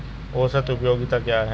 औसत उपयोगिता क्या है?